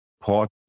port